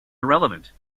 irrelevant